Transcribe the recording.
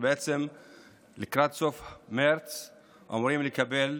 בעצם לקראת סוף מרץ אנחנו אמורים לקבל,